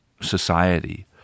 society